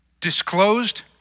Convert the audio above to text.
disclosed